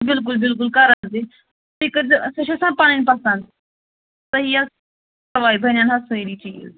بِلکُل بِلکُل کَر حظ یِکھ تُہۍ کٔرۍزیٚو سۄ چھےٚ آسان پَنٕنۍ پَسنٛد تُہی حظ پرواے بَنن حظ سٲری چیٖز